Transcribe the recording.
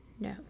No